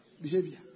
behavior